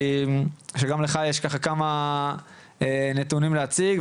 שגם לך יש כמה נתונים להציג,